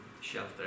shelter